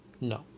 No